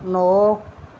नौ